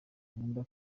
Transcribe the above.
nkunda